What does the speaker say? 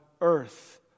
earth